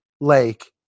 lake